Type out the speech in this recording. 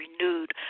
renewed